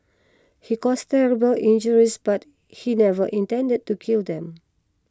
he caused terrible injuries but he never intended to kill them